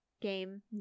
game